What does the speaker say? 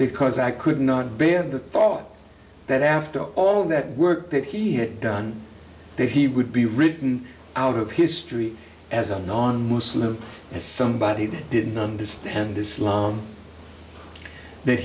because i could not bear the thought that after all that work that he had done that he would be written out of history as a non muslim as somebody that didn't understand islam that